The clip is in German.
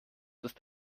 ist